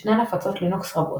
ישנן הפצות לינוקס רבות,